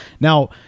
now